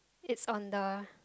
it's on the